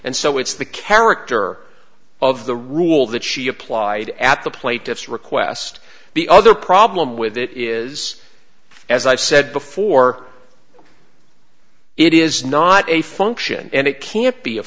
and so it's the character of the rule that she applied at the plaintiff's request the other problem with it is as i've said before it is not a function and it can't be a